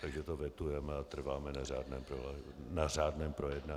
Takže to vetujeme a trváme na řádném projednání.